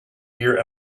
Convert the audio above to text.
here